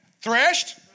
Threshed